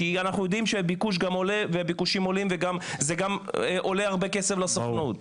כי אנחנו יודעים שהביקוש עולה וגם שזה עולה הרבה כסף לסוכנות.